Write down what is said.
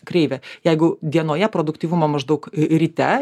kreivė jeigu dienoje produktyvumo maždaug ryte